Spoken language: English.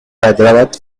hyderabad